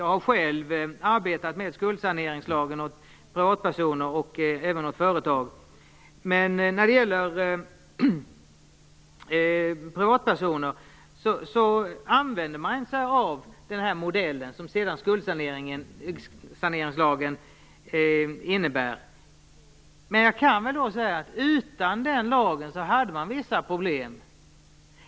Jag har själv arbetat med skuldsanering åt privatpersoner och även åt företag. Men när det gäller privatpersoner använde man sig av den modell som skuldsaneringslagen innebär. Men jag kan säga att utan lagen hade man vissa problem.